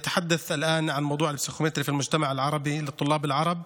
(אומר דברים בשפה הערבית, להלן תרגומם: